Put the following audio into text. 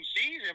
Season